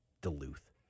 Duluth